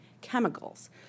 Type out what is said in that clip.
chemicals